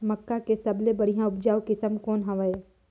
मक्का के सबले बढ़िया उपजाऊ किसम कौन हवय?